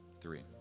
three